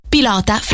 Pilota